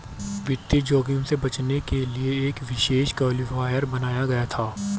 वित्तीय जोखिम से बचने के लिए एक विशेष क्लासिफ़ायर बनाया गया था